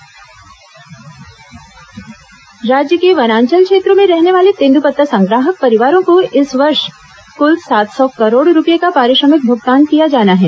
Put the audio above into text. तेंदपत्ता संग्रहण राज्य के वनांचल क्षेत्रों में रहने वाले तेंद्रपत्ता संग्राहक परिवारों को इस वर्ष कुल सात सौ करोड़ रूपए का पारिश्रमिक भुगतान किया जाना है